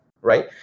right